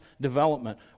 development